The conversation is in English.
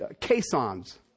caissons